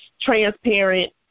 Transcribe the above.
transparent